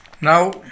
now